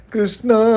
Krishna